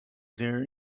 there